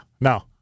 no